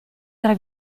tre